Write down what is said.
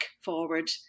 forward